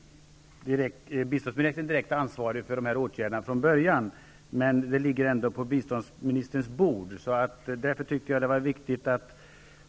Då Håkan Holmberg, som framställt frågan, anmält att han var förhindrad att närvara vid sammanträdet, medgav andre vice talmannen att